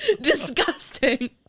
Disgusting